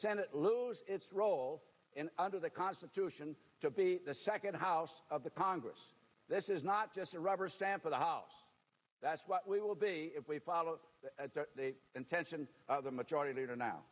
senate lose its role in under the constitution to be the second house of the congress this is not just a rubber stamp of the house that's what we will be if we follow the intention of the majority